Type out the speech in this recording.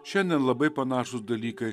šiandien labai panašūs dalykai